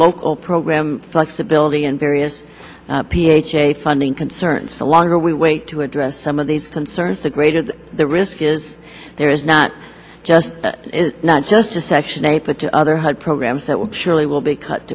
local program flexibility and various p h a funding concerns the longer we wait to address some of these concerns the greater the risk is there is not just not just a section eight but the other hud programs that will surely will be cut